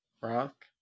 rock